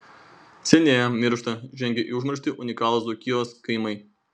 senėja miršta žengia į užmarštį unikalūs dzūkijos kaimai